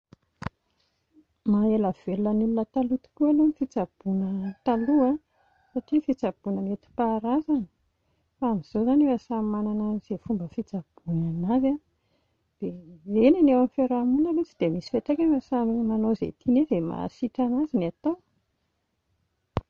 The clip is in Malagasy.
Maha-ela velona ny olona taloha tokoa aloha ny fitsaboana taloha satria fitsaboana nentim-paharazana, fa amin'izao izany efa samy manana an'izay fomba fitsaboany an'azy a dia, eny e ny eo amin'ny fiaraha-monina aloha tsy dia misy fiantraikany fa samy manao izay tiany hoe izay mahasitrana azy no hatao